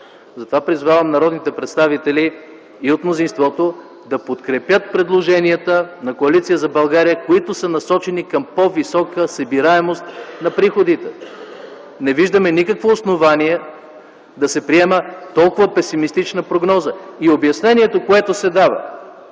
цели. Призовавам народните представители и от мнозинството да подкрепят предложенията на Коалиция за България, които са насочени към по-висока събираемост на приходите. Не виждаме никакво основание да се приема толкова песимистична прогноза. Обяснението, което се дава,